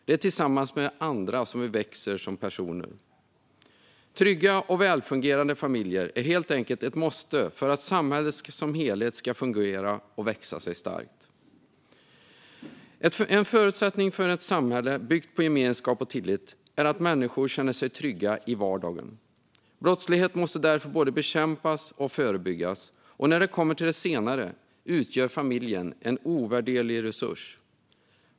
Det är tillsammans med andra vi växer som personer. Trygga och välfungerande familjer är helt enkelt ett måste för att samhället som helhet ska fungera och växa sig starkt. En förutsättning för ett samhälle byggt på gemenskap och tillit är att människor känner sig trygga i vardagen. Brottslighet måste därför både bekämpas och förebyggas. När det kommer till det senare utgör familjen en ovärderlig resurs.